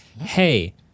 hey